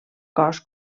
cos